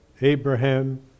Abraham